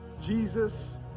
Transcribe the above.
Jesus